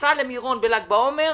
שנסע למירון בל"ג בעומר,